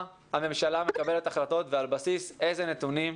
הממשלה מקבלת החלטות ועל בסיס אילו נתונים.